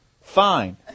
fine